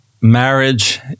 marriage